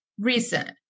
recent